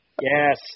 Yes